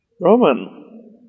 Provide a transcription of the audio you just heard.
Roman